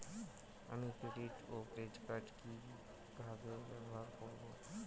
আমি ডেভিড ও credit card কি কিভাবে ব্যবহার করব?